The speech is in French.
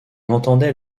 entendait